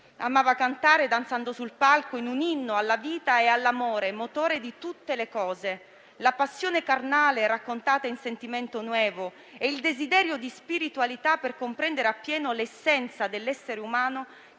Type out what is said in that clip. Amava cantare danzando sul palco in un inno alla vita e all'amore, motore di tutte le cose. La passione carnale è raccontata in «Sentimiento nuevo» e il desiderio di spiritualità per comprendere appieno l'essenza dell'essere umano